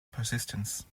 persistence